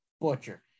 butcher